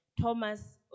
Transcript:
Thomas